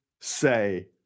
say